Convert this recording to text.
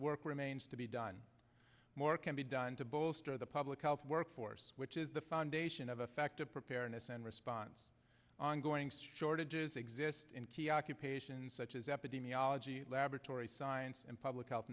work remains to be done more can be done to bolster the public health workforce which is the foundation of affective preparedness and response ongoing storage is exist in key occupations such as epidemiology laboratory science and public health